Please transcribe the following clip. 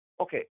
Okay